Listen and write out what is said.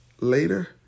later